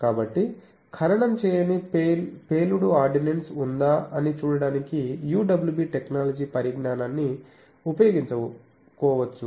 కాబట్టి ఖననం చేయని పేలుడు ఆర్డినెన్స్ ఉందా అని చూడటానికి UWB టెక్నాలజీ పరిజ్ఞానాన్ని ఉపయోగించుకోవచ్చు